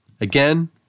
Again